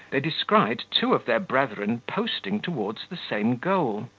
they descried two of their brethren posting towards the same goal,